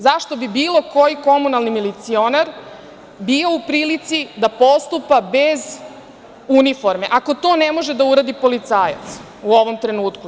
Zašto bi bilo koji komunalni milicionar bio u prilici da postupa bez uniforme, ako to ne može da uradi policajac u ovom trenutku?